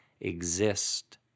exist